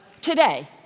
today